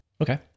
Okay